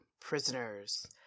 prisoners